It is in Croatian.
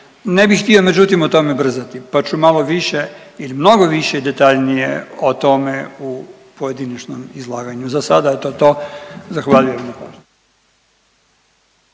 ne bih htio međutim o tome brzati, pa ću malo više ili mnogo više detaljnije o tome u pojedinačnom izlaganju. Za sada je to to, zahvaljujem